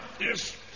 Yes